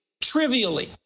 trivially